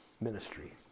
ministry